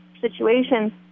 situation